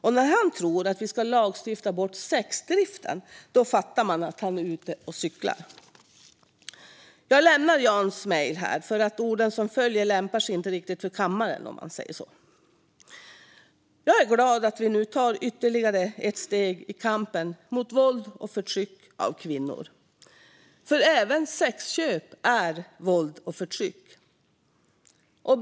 Och när han tror att vi ska lagstifta bort sexdriften fattar man att han är ute och cyklar. Jag lämnar Jans mejl här, för orden som följer lämpar sig inte riktigt för kammaren, om man säger så. Jag är glad att vi nu tar ytterligare ett steg i kampen mot våld och förtryck av kvinnor. Även sexköp är våld och förtryck.